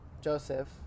Joseph